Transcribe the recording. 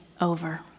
over